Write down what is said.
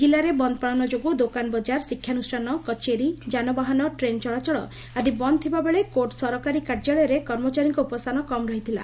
କିଲ୍ଲାରେ ବନ୍ଦପାଳନ ଯୋଗୁଁ ଦୋକାନ ବକାର ଶିକ୍ଷାନୁଷ୍ଠାନ କଚେରୀ ଯାନବାହାନ ଟ୍ରେନ୍ ଚଳାଚଳ ଆଦି ବନ୍ଦ ଥିବା ବେଳେ କୋର୍ଟ ସରକାରୀ କାର୍ଯ୍ୟାଳୟରେ କର୍ମଚାରୀଙ୍କ ଉପସ୍ଚାନ କମ୍ ରହିଥିଲା